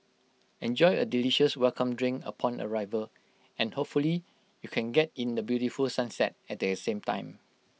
enjoy A delicious welcome drink upon arrival and hopefully you can get in the beautiful sunset at the same time